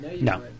No